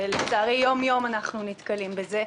שלצערי יום-יום אנחנו נתקלים בזה,